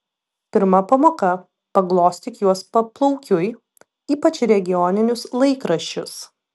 pirma pamoka paglostyk juos paplaukiui ypač regioninius laikraščius